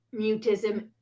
mutism